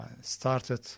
started